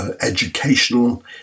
educational